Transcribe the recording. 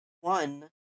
One